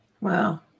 Wow